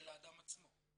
של האדם עצמו.